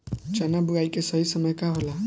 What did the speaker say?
चना बुआई के सही समय का होला?